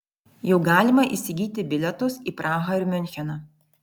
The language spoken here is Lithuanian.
jau galima įsigyti bilietus į prahą ir miuncheną